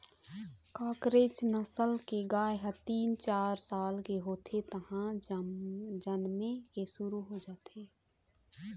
कांकरेज नसल के गाय ह तीन, चार साल के होथे तहाँले जनमे के शुरू हो जाथे